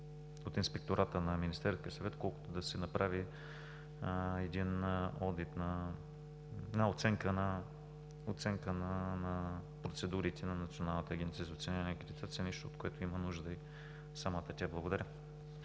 от Инспектората на Министерския съвет, колкото да се направи оценка на процедурите на Националната агенция за оценяване и акредитация, нещо от което има нужда и самата тя. Благодаря.